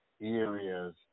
areas